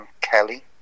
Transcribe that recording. Kelly